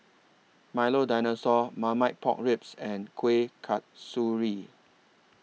Milo Dinosaur Marmite Pork Ribs and Kuih Kasturi